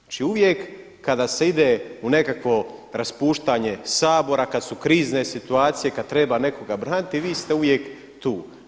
Znači uvijek kada se ide u nekakvo raspuštanje Sabora, kada su krizne situacije, kada treba nekoga braniti, vi ste uvijek tu.